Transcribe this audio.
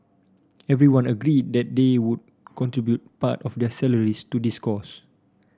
everyone agreed that they would contribute part of their salaries to this cause